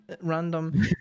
random